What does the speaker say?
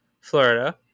Florida